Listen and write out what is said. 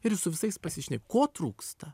ir jis su visais pasišne ko trūksta